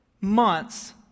months